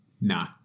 Nah